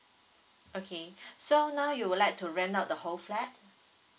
okay so now you would like to rent out the whole flat